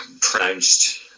pronounced